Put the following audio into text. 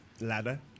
Ladder